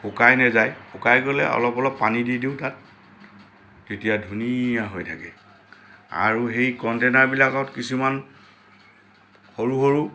শুকাই নাযায় শুকাই গ'লে অলপ অলপ পানী দি দিওঁ তাত তেতিয়া ধুনীয়া হৈ থাকে আৰু সেই কণ্টেইনাৰবিলাকত কিছুমান সৰু সৰু